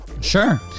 Sure